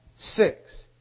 six